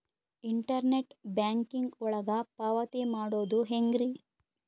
Internet banking ಒಳಗ ಪಾವತಿ ಮಾಡೋದು ಹೆಂಗ್ರಿ?